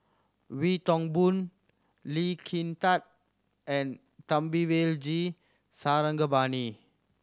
Wee Toon Boon Lee Kin Tat and Thamizhavel G Sarangapani